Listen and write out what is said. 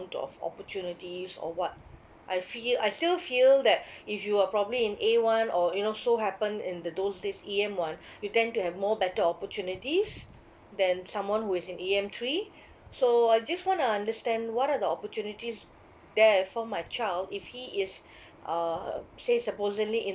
of opportunities or what I feel I still feel that if you are probably in A one or you know so happen in the those days E_M one you tend to have more better opportunities than someone who is in E_M three so I just wanna understand what are the opportunities there for my child if he is uh say supposedly in